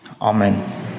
Amen